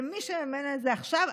ומי שמממן את זה עכשיו,